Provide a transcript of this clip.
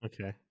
okay